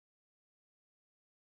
negro meh